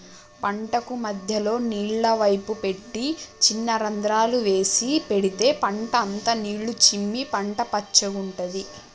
పంటకు మధ్యలో నీళ్ల పైపు పెట్టి చిన్న రంద్రాలు చేసి పెడితే పంట అంత నీళ్లు చిమ్మి పంట పచ్చగుంటది